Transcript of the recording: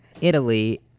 Italy